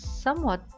Somewhat